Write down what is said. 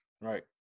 Right